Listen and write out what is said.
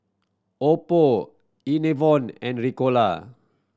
Oppo Enervon and Ricola